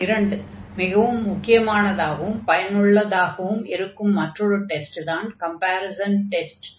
இரண்டு மிகவும் முக்கியமானதாகவும் பயனுள்ளதாகவும் இருக்கும் மற்றொரு டெஸ்ட்தான் கம்பேரிஸன் டெஸ்ட் 2